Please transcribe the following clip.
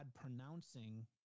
pronouncing